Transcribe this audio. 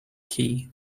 key